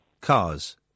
Cars